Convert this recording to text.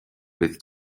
with